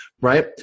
right